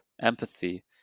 empathy